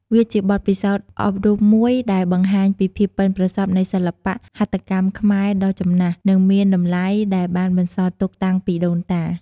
វាជាបទពិសោធន៍អប់រំមួយដែលបង្ហាញពីភាពប៉ិនប្រសប់នៃសិល្បៈហត្ថកម្មខ្មែរដ៏ចំណាស់ និងមានតម្លៃដែលបានបន្សល់ទុកតាំងពីដូនតា។